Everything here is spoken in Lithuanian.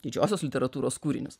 didžiosios literatūros kūrinius